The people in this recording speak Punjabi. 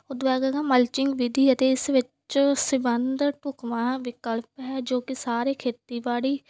ਉਸ ਤੋਂ ਬਾਅਦ ਹੈ ਮਲਚਿੰਗ ਵਿਧੀ ਅਤੇ ਇਸ ਵਿੱਚ ਸਬੰਧ ਢੁੱਕਵਾਂ ਵਿਕਲਪ ਹੈ ਜੋ ਕਿ ਸਾਰੇ ਖੇਤੀਬਾੜੀ